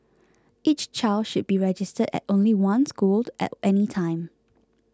each child should be registered at only one school at any time